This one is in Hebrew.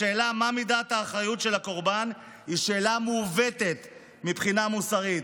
השאלה מה מידת האחריות של הקורבן היא שאלה מעוותת מבחינה מוסרית.